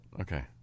Okay